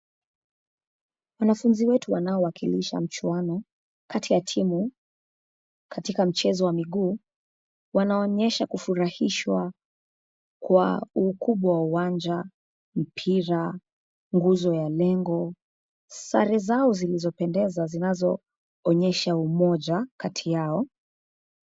Wanafunzi wetu wanaowakilisha mchuano kati ya timu katika mchezo wa miguu, wanawaonyesha kufurahishwa kwa ukubwa wa uwanja, mpira, nguzo ya lengo. Sare zao zilizopendeza zinazoonyesha umoja kati yao.